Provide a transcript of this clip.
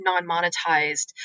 non-monetized